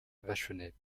vachonnet